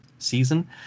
season